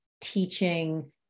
teaching